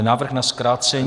Návrh na zkrácení...